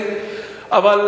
להתבלבל.